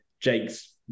Jake's